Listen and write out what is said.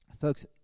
Folks